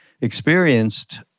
experienced